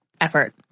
effort